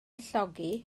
llogi